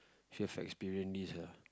should have experience this ah